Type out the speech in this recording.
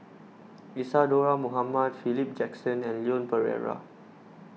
Isadhora Mohamed Philip Jackson and Leon Perera